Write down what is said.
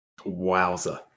Wowza